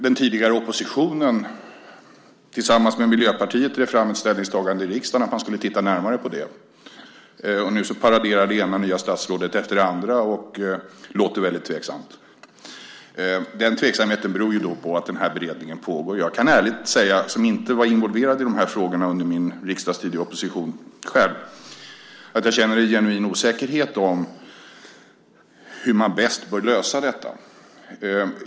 Den tidigare oppositionen drev tillsammans med Miljöpartiet fram ett ställningstagande i riksdagen om att man skulle titta närmare på frågan. Nu paraderar det ena nya statsrådet efter det andra och låter väldigt tveksam. Den tveksamheten beror på att beredning pågår. Jag som inte själv var involverad i de här frågorna under min riksdagstid i opposition kan ärligt säga att jag känner en genuin osäkerhet om hur man bäst bör lösa detta.